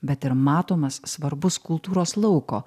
bet ir matomas svarbus kultūros lauko